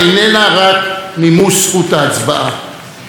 כפי שהיא איננה רק שלטון הרוב.